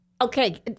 Okay